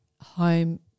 home